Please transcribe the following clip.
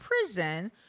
Prison